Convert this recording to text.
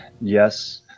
Yes